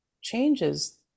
changes